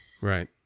Right